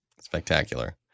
Spectacular